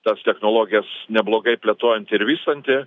tas technologijas neblogai plėtojanti ir vystanti